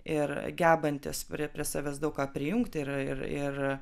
ir gebantis prie prie savęs daug ką prijungti ir ir